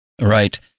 right